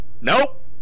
nope